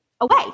away